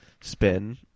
spin